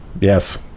Yes